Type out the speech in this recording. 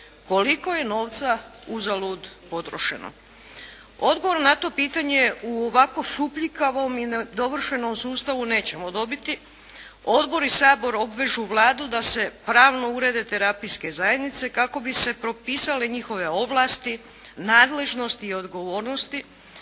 koliko je novca uzalud potrošeno. Odgovor na to pitanje u ovako šupljikavom i nedovršenom sustavu nećemo dobiti, Odbor i Sabor obvežu Vladu da se pravno urede terapijske zajednice kako bi se propisale njihove ovlasti, nadležnosti i odgovornosti,